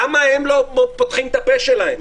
למה הם לא פותחים את הפה שלהם?